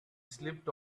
slipped